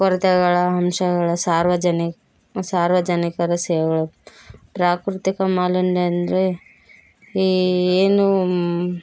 ಕೊರತೆಗಳ ಅಂಶಗಳ ಸಾರ್ವಜನಿಕ ಸಾರ್ವಜನಿಕರ ಸೇವೆಗಳು ಪ್ರಾಕೃತಿಕ ಮಾಲಿನ್ಯ ಅಂದರೆ ಈ ಏನು